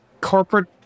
corporate